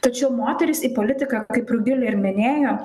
tačiau moteris į politiką kaip rugilė ir minėjo